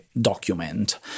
document